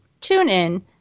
TuneIn